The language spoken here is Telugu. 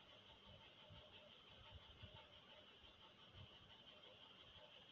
మొన్న సంక్రాంతి ఆఫర్లలో మా స్నేహితురాలకి బట్టల దుకాణంలో చానా కూపన్లు వొచ్చినియ్